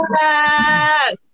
Yes